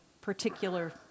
particular